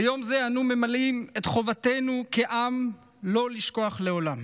ביום זה אנו ממלאים את חובתנו כעם לא לשכוח לעולם